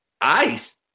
Ice